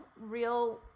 real